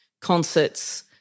concerts